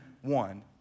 one